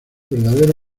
verdadero